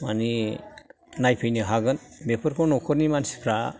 माने नायफैनो हागोन बेफोरखौ न'खरनि मानसिफ्रा